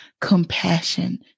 compassion